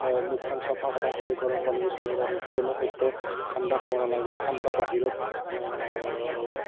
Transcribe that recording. মুখখন চাফা কৰা হয় গৰম পানী ইউজ কৰি পেলাই আৰু যিকোনো খাদ্য ঠাণ্ডা খাব নালাগে ঠাণ্ডা বাহিৰত